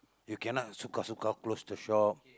you cannot suka suka close the shop